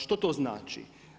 Što to znači?